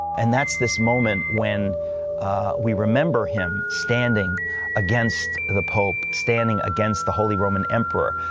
and that's this moment when we remember him standing against the pope, standing against the holy roman emperor.